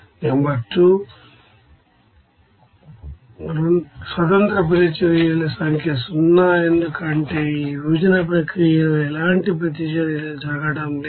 number 2 independent equation ల సంఖ్య 0 0 ఎందుకంటే ఈ సెపరేషన్ ప్రాసెస్ లో ఎలాంటి ప్రతిచర్యలు జరగడం లేదు